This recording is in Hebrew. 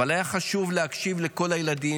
אבל היה חשוב להקשיב לכל הילדים,